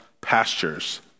pastures